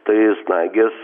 tai snaigės